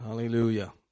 Hallelujah